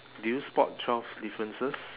did you spot twelve differences